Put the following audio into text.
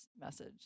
message